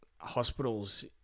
hospitals